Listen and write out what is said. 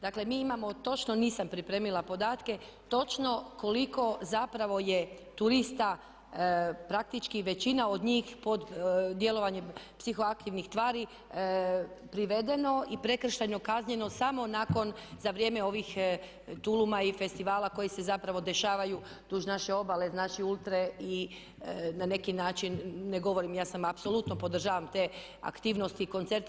Dakle mi imamo točno, nisam pripremila podatke, točno koliko zapravo je turista praktički većina od njih pod djelovanjem psihoaktivnih tvari privedeno i prekršajno kažnjeno samo za vrijeme ovih tuluma i festivala koji se zapravo dešavaju duž naše obale, znači ULTRA-e i na neki način, ne govorim ja apsolutno podržavam te aktivnosti, koncerte.